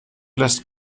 lässt